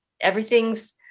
everything's